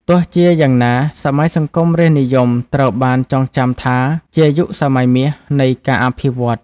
ទោះជាយ៉ាងណា សម័យសង្គមរាស្រ្តនិយមត្រូវបានចងចាំថាជា "យុគសម័យមាស" នៃការអភិវឌ្ឍ។